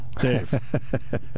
Dave